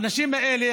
האנשים האלה,